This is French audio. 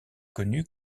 connues